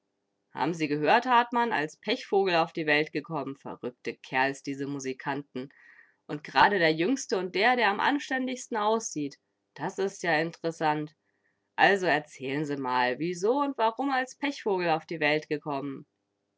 haben sie gehört hartmann als pechvogel auf die welt gekommen verrückte kerls diese musikanten und gerade der jüngste und der der am anständigsten aussieht das ist ja int ressant also erzählen sie mal wieso und warum als pechvogel auf die welt gekommen